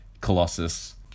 colossus